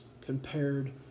compared